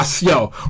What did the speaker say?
Yo